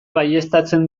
baieztatzen